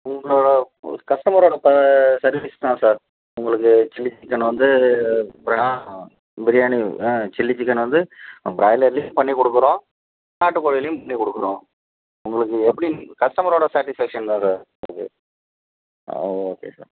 உங்களோடய உ கஸ்டமரோடய ப சேட்டிஸ்ஃபேக்ஷன் தான் சார் உங்களுக்கு சில்லி சிக்கன் வந்து ப்ரா பிரியாணி ஆ சில்லி சிக்கன் வந்து ப்ராய்லர்லேயும் பண்ணிக் கொடுக்கறோம் நாட்டுக் கோழிலேயும் பண்ணிக் கொடுக்கறோம் உங்களுக்கு எப்படி கஸ்டமரோடய சேட்டிஸ்ஃபேக்ஷன் தான் சார் எங்களுக்கு ஆ ஓகே சார்